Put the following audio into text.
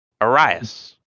Arius